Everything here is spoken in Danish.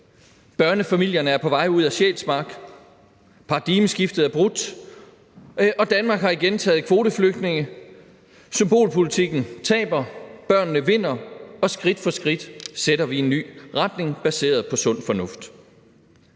Børnefamilierne er på vej ud af Sjælsmark. Paradigmeskiftet er brudt, og Danmark har igen taget kvoteflygtninge. Symbolpolitikken taber, børnene vinder, og skridt for skridt sætter vi en ny retning baseret på sund fornuft.